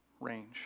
range